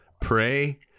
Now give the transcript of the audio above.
pray